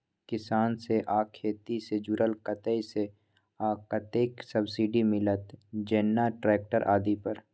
किसान से आ खेती से जुरल कतय से आ कतेक सबसिडी मिलत, जेना ट्रैक्टर आदि पर?